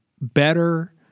better